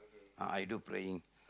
ah I do praying